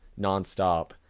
nonstop